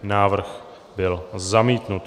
Návrh byl zamítnut.